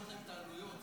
צריך לכסות את העלויות.